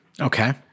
Okay